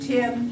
Tim